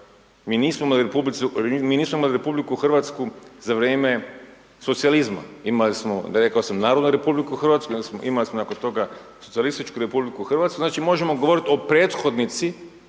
mi nismo imali RH za vrijeme socijalizma, imali smo, rekao sam Narodnu Republiku Hrvatsku i onda smo, imali smo nakon stoga Socijalističku RH, znači možemo govoriti o prethodnici